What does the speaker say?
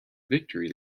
victory